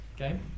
Okay